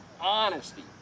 honesty